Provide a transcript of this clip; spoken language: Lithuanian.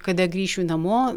kada grįšiu namo